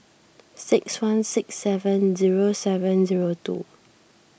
six one six seven zero seven zero two